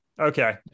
okay